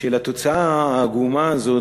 של התוצאה העגומה הזאת